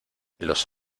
los